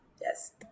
yes